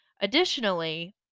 Additionally